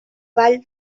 vall